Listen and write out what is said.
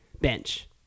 bench